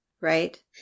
right